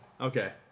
Okay